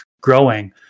growing